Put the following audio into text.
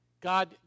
God